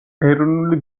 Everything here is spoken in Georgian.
ეროვნული